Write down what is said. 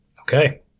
Okay